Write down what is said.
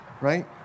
Right